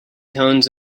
tones